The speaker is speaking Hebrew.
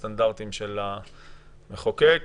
מירה סלומון ממרכז השלטון המקומי, בבקשה.